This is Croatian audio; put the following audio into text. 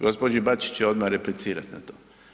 Gospodin Bačić će odmah replicirat na to.